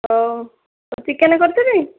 ହଉ ଚିକେନ୍ କରିଥିବି